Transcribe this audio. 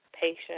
patient